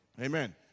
amen